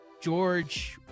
george